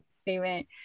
statement